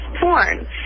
porn